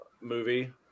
movie